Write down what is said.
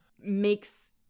makes